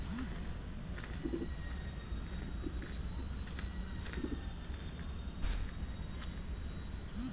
peach ಹಣ್ಣು ಹಳದಿ ಅಥವಾ ನಸುಬಿಳಿ ಬಣ್ಣದ್ ತಿರುಳನ್ನು ಮತ್ತು ಮೃದುವಾದ ಸಿಪ್ಪೆಯನ್ನು ಹೊಂದಿರ್ತದೆ